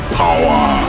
power